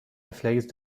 réflexe